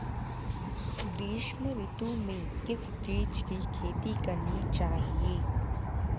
ग्रीष्म ऋतु में किस चीज़ की खेती करनी चाहिये?